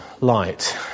light